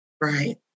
Right